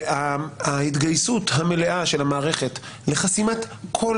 ההתגייסות המהירה של המערכת לחסימת כול